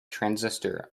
transistor